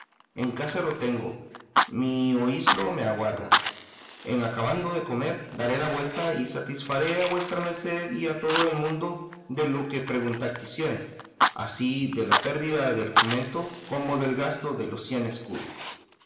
en casa lo tengo mi oíslo me aguarda en acabando de comer daré la vuelta y satisfaré a vuestra merced y a todo el mundo de lo que preguntar quisieren así de la pérdida del jumento como del gasto de los cien escudos